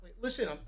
Listen